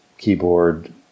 Keyboard